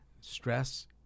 Stress